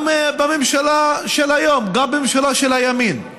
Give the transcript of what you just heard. גם בממשלה של היום, גם בממשלה של הימין.